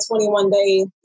21-day